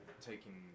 Taking